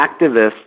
activists